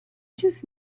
just